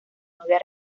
novia